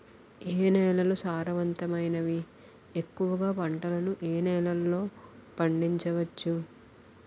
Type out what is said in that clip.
ఏ నేలలు సారవంతమైనవి? ఎక్కువ గా పంటలను ఏ నేలల్లో పండించ వచ్చు?